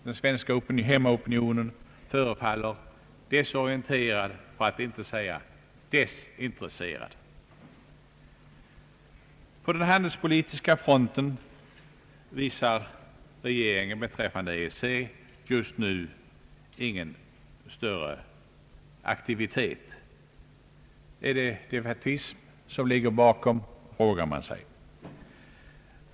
Den svenska hemmaopinionen just nu förefaller desorienterad, för att inte säga desintresserad. På den handelspolitiska fronten visar regeringen beträffande EEC just nu ingen större aktivitet. är det defaitism som ligger bakom?